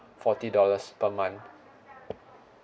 forty dollars per month